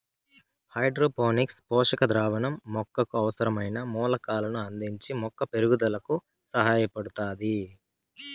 hydroponics పోషక ద్రావణం మొక్కకు అవసరమైన మూలకాలను అందించి మొక్క పెరుగుదలకు సహాయపడుతాది